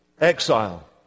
exile